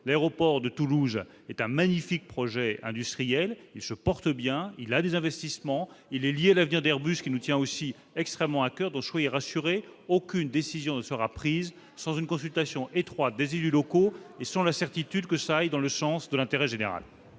L'aéroport de Toulouse est un magnifique projet industriel, il se porte bien, il a des investissements et il est lié à l'avenir d'Airbus, qui nous tient aussi extrêmement à coeur. Soyez rassurée, aucune décision ne sera prise sans une concertation étroite avec les élus locaux et sans la certitude qu'elle va dans le sens de l'intérêt général.